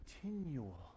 continual